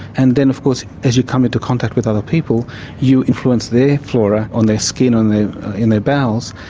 and then of course as you come into contact with other people you influence their flora, on their skin on their skin, in their bowels,